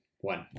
One